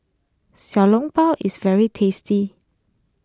Xiao Long Bao is very tasty